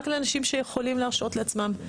רק לאנשים שיכולים להרשות לעצמם.